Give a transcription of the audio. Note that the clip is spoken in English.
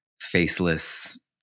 faceless